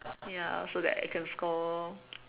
ya so that I can score